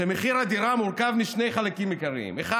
שמחיר הדירה מורכב משני חלקים עיקריים: אחד